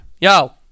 yo